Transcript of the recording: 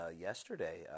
yesterday